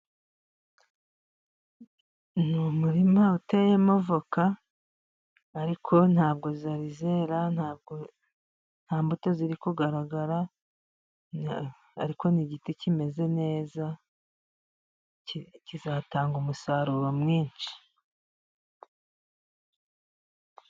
Ni umurima uteyemo avoka, ariko ntabwo zari zera. Nta mbuto ziri kugaragara, ariko ni igiti kimeze neza kizatanga umusaruro mwinshi.